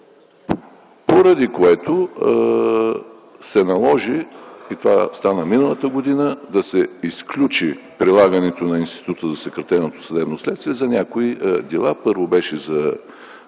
поради което се наложи, и това стана миналата година, да се изключи прилагането на института за съкратено съдебно следствие за някои дела. Първо беше за